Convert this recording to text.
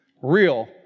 Real